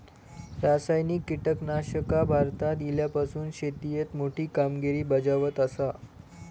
रासायनिक कीटकनाशका भारतात इल्यापासून शेतीएत मोठी कामगिरी बजावत आसा